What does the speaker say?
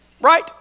right